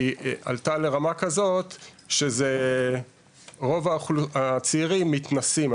היא עלתה לרמה כזו שרוב הצעירים מתנסים,